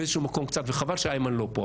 וחבל שאיימן לא פה,